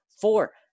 Four